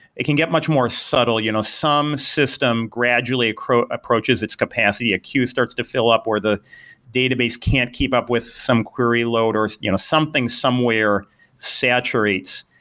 it can get much more subtle. you know some system gradually approaches its capacity, a queue starts to fill up where the database can't keep up with some query load or you know something, somewhere saturates.